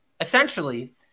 Essentially